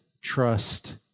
Trust